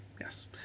Yes